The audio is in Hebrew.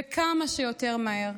וכמה שיותר מהר,